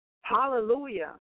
Hallelujah